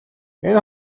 энэ